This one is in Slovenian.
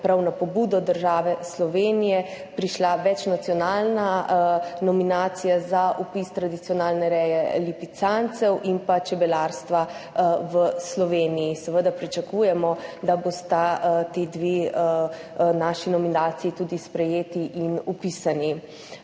prav na pobudo države Slovenije prišla večnacionalna nominacija za vpis tradicionalne reje lipicancev in pa čebelarstva v Sloveniji. Seveda pričakujemo, da bosta ti dve naši nominaciji tudi sprejeti in vpisani.